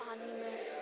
पानिमे